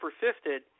persisted